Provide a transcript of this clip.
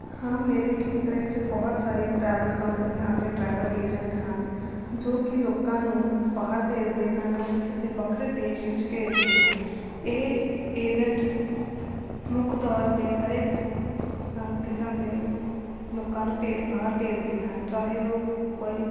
ਹਾਂ ਮੇਰੇ ਖੇਤਰ ਵਿੱਚ ਬਹੁਤ ਸਾਰੇ ਟਰੈਵਲ ਕੰਪਨੀਆਂ ਅਤੇ ਟਰੈਵਲ ਏਜੰਟ ਹਨ ਜੋ ਕਿ ਲੋਕਾਂ ਨੂੰ ਬਾਹਰ ਭੇਜਦੇ ਹਨ ਜਾਂ ਫਿਰ ਕਿਸੇ ਵੱਖਰੇ ਦੇਸ਼ ਵਿੱਚ ਭੇਜਦੇ ਹਨ ਇਹ ਏਜੰਟ ਮੁੱਖ ਤੌਰ 'ਤੇ ਹਰੇਕ ਕਿਸਮ ਦੇ ਲੋਕਾਂ ਨੂੰ ਬਾਹਰ ਭੇਜਦੇ ਹਨ ਚਾਹੇ ਉਹ ਕੋਈ